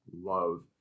love